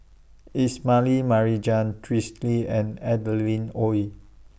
Ismail Marjan Twisstii and Adeline Ooi